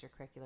extracurricular